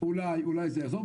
אולי, אולי זה יעזור.